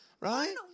right